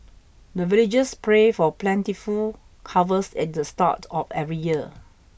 the villagers pray for plentiful harvest at the start of every year